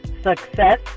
success